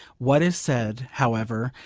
what is said, however,